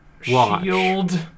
Shield